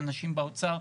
לאנשים באוצר,